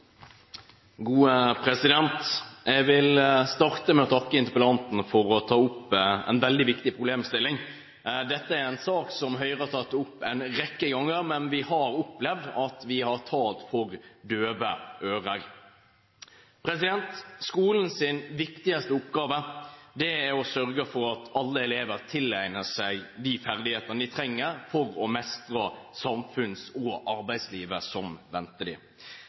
Jeg vil starte med å takke interpellanten for å ta opp en veldig viktig problemstilling. Dette er en sak som Høyre har tatt opp en rekke ganger, men vi har opplevd at vi har talt for døve ører. Skolens viktigste oppgave er å sørge for at alle elever tilegner seg de ferdighetene de trenger for å mestre samfunnslivet og arbeidslivet som venter